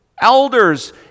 elders